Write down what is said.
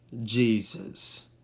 Jesus